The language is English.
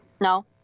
No